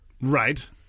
Right